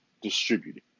distributed